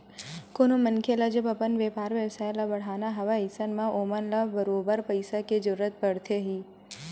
कोनो मनखे ल जब अपन बेपार बेवसाय ल बड़हाना हवय अइसन म ओमन ल बरोबर पइसा के जरुरत पड़थे ही